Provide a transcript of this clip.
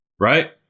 right